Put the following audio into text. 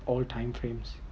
all time frames